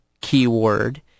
keyword